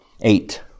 eight